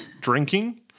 drinking